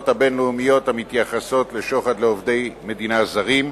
הבין-לאומיות המתייחסות לשוחד לעובדי מדינה זרים,